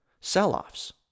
sell-offs